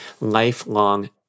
lifelong